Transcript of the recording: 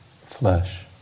flesh